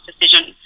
decision